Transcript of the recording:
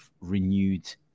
renewed